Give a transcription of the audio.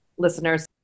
listeners